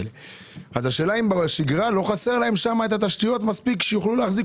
השאלה אם בשגרה לא חסרות להם תשתיות שיוכלו להספיק.